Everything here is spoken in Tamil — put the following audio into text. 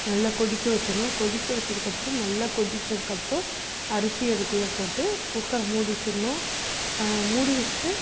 நல்லா கொதிக்க வச்சிர்ணும் கொதிக்க வச்சதுக்கப்றோம் நல்லா கொதிச்சதுக்கப்றம் அரிசி அதுக்குள்ள போட்டு குக்கரை மூடி வச்சிர்ணும் மூடி வஷ்ட்டு